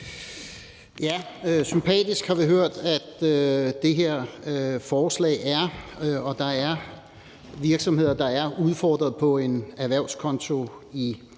Sympatisk har vi hørt at det her forslag er, og at der er virksomheder i Danmark, der er udfordret på en erhvervskonto.